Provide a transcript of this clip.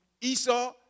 Esau